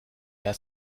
mehr